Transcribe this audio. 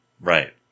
right